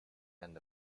end